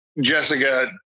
jessica